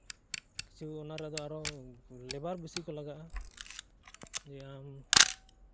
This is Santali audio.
ᱠᱤᱪᱷᱩ ᱚᱱᱟ ᱨᱮᱫᱚ ᱟᱨᱚ ᱞᱮᱵᱟᱨ ᱵᱮᱥᱤ ᱠᱚ ᱞᱟᱜᱟᱜᱼᱟ ᱡᱮ ᱟᱢ